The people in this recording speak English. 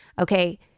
okay